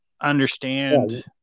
understand